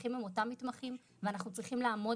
המתמחים הם אותם מתמחים ואנחנו צריכים לעמוד